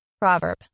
Proverb